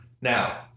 Now